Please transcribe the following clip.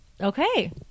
Okay